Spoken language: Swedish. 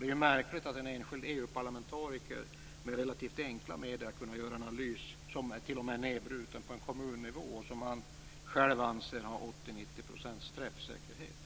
Det är märkligt att en enskild EU-parlamentariker med relativt enkla medel har kunnat göra en analys som t.o.m. är nedbruten på kommunnivå och som han själv anser ha 80-90 % träffsäkerhet.